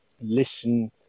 listen